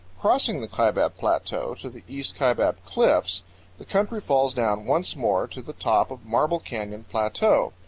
crossing the kaibab plateau to the east kaibab cliffs the country falls down once more to the top of marble canyon plateau.